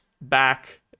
back